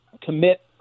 commit